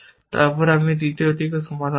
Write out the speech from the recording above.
তারপর আমি দ্বিতীয়টি সমাধান করব